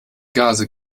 gase